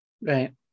Right